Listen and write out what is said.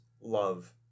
love